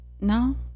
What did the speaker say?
no